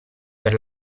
per